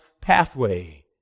pathway